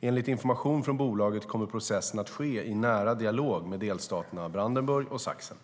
Enligt information från bolaget kommer processen att ske i nära dialog med delstaterna Brandenburg och Sachsen.